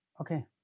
Okay